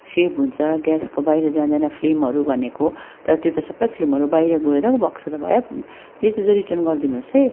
save हुन्छ ग्यासको बाहिर जाँदैन फ्लेमहरू भनेको तर त्यो त सबै प्लेमहरू बाहिर गएर पो भएको छ भयो त्यसो चाहिँ रिटर्न गरिदिनु होस् है